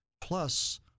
plus